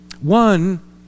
One